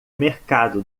mercado